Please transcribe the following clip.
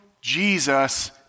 Jesus